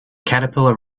caterpillar